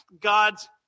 God's